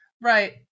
Right